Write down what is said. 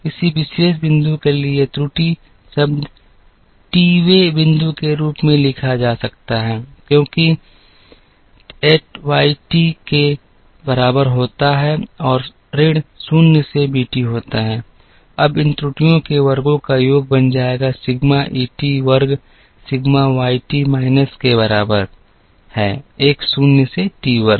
किसी विशेष बिंदु के लिए त्रुटि शब्द टी वें बिंदु के रूप में लिखा जा सकता है क्योंकि एट वाई टी के बराबर होता है और ऋण शून्य से बीटी होता है अब इन त्रुटियों के वर्गों का योग बन जाएगा सिग्मा ई टी वर्ग सिग्मा वाई टी माइनस के बराबर है एक शून्य से टी वर्ग